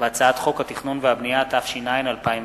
הצעת חוק התכנון והבנייה, התש"ע-2010.